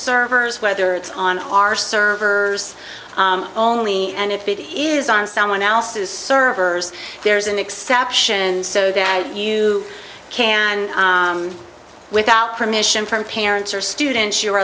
servers whether it's on our servers only and if it is on someone else's servers there's an exception so that you can without permission from parents or students you're